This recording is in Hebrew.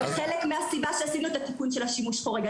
זהו חלק מהסיבה שעשינו את התיקון של שימוש חורג.